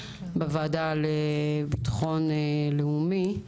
בוועדה לביטחון לאומי.